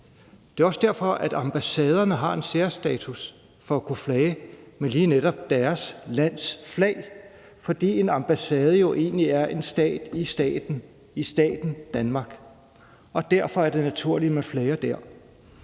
Det er også derfor, ambassaderne har en særstatus for at kunne flage med lige netop deres lands flag, fordi en ambassade egentlig er en stat i staten i staten Danmark, og derfor er det naturligt, at man flager der.